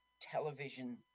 television